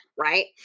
right